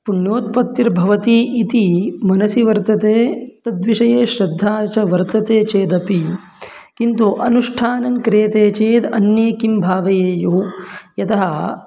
पुण्योत्पत्तिर्भवति इति मनसि वर्तते तद्विषये श्रद्धा च वर्तते चेदपि किन्तु अनुष्ठानं क्रियते चेद् अन्ये किं भावयेयुः यतः